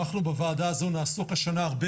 אנחנו בוועדה הזו נעסוק השנה הרבה